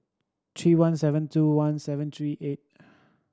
three one seven two one seven three eight